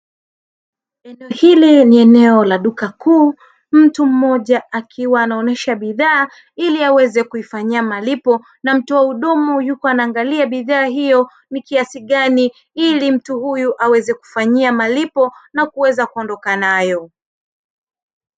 Hili ni eneo la duka kuu mtu mmoja akiwa anaonyesha bidhaa ili aweze kuifanyia malipo na mtoa hudumu yupo anangalia bidhaa hiyo ni kiasi gani ili mtu huyu aweze kufanyia malipo na kuweze kuondoka nayo.